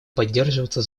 поддерживаться